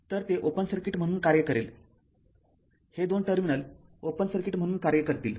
तरते open circuit म्हणून कार्य करेल हे दोन टर्मिनल ओपन सर्किट म्हणून कार्य करतील